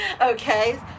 okay